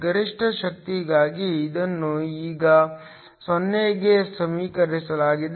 ಗರಿಷ್ಠ ಶಕ್ತಿಗಾಗಿ ಇದನ್ನು ಈಗ 0 ಕ್ಕೆ ಸಮೀಕರಿಸಲಾಗಿದೆ